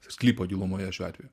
sklypo gilumoje šiuo atveju